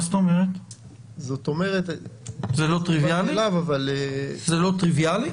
זה לא טריוויאלי?